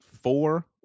four